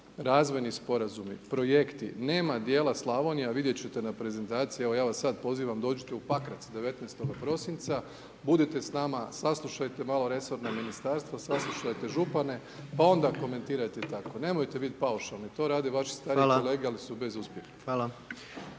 razvojni sporazumi, projekti, nema dijela Slavonija, a vidjeti ćete na prezentaciji, evo ja vas sada pozivam dođite u Pakrac 19. prosinca budite s nama, saslušajte malo resorno ministarstvo, saslušajte župane pa onda komentirajte tako, nemojte biti paušalni, to rade vaši stariji kolege ali su bez uspjeha.